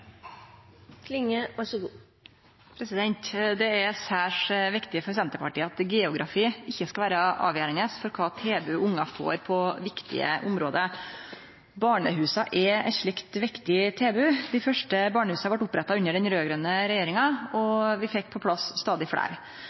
er særs viktig for Senterpartiet at geografi ikkje skal vere avgjerande for kva tilbod ungar får på viktige område. Barnehusa er eit slikt viktig tilbod. Dei første barnehusa vart oppretta under den raud-grøne regjeringa, og vi fekk på plass stadig fleire.